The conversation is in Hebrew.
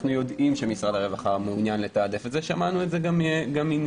אנחנו יודעים שמשרד הרווחה מעוניין לתעדף וגם שמענו את זה מניר.